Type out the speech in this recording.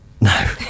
No